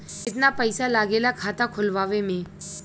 कितना पैसा लागेला खाता खोलवावे में?